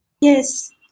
Yes